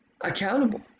accountable